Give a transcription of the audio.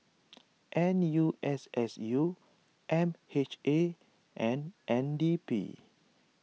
N U S S U M H A and N D P